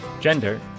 gender